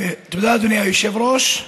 תודה, אדוני היושב-ראש.